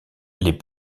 les